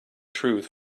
truth